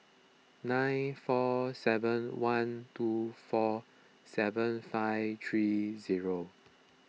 nine four seven one two four seven five three